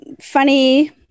funny